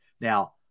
now